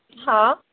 हां